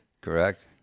correct